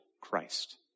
Christ